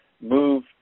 move